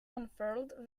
unfurled